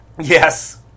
yes